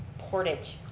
portage.